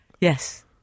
Yes